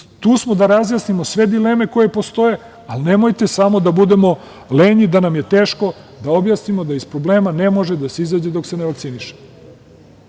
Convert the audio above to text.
Tu smo da razjasnimo sve dileme koje postoje, ali nemojte samo da bude lenji, da nam je teško da objasnimo da iz problema ne može da se izađe dok se ne vakcinišemo